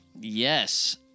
Yes